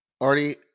already